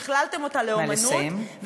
שכללתם אותה לאמנות,